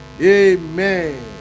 Amen